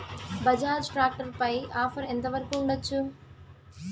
Bajaj tractor పై offer ఎంత వరకు ఉండచ్చు?